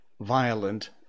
violent